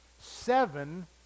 Seven